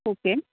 okay